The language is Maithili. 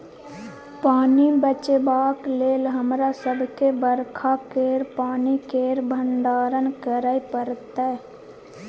पानि बचेबाक लेल हमरा सबके बरखा केर पानि केर भंडारण करय परत